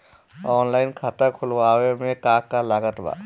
Online खाता खुलवावे मे का का लागत बा?